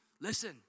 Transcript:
listen